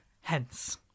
Hence